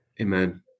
Amen